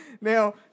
Now